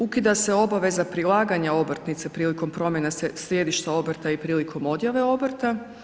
Ukida se obaveza prilaganja obrtnice prilikom promjene sjedišta obrta i prilikom odjave obrta.